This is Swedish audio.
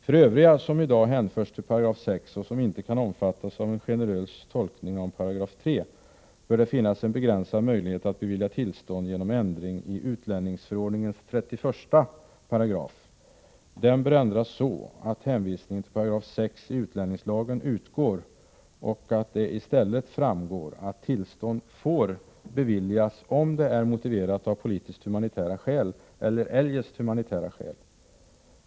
För övriga som i dag hänförs till 6 § och som inte kan omfattas av en generös tolkning av 3 § bör det finnas en begränsad möjlighet att beviljas tillstånd genom ändring i utlänningslagens 31 §. Denna bör ändras så, att hänvisningen till 6 § utlänningslagen utgår och att det i stället framgår att tillstånd får beviljas om det är motiverat av politiskt humanitära skäl eller eljest humanitära skäl.